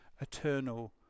eternal